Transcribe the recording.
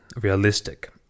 realistic